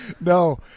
no